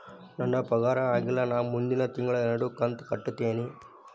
ನನ್ನ ಪಗಾರ ಆಗಿಲ್ಲ ನಾ ಮುಂದಿನ ತಿಂಗಳ ಎರಡು ಕಂತ್ ಕಟ್ಟತೇನಿ